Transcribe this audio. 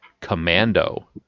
Commando